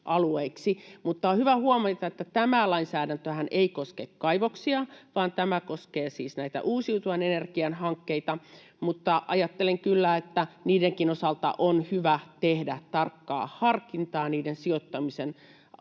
On hyvä huomata, että tämä lainsäädäntöhän ei koske kaivoksia vaan tämä koskee siis näitä uusiutuvan energian hankkeita. Mutta ajattelen kyllä, että niidenkin osalta on hyvä tehdä tarkkaa harkintaa niiden sijoittamisen osalta, sen